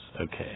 Okay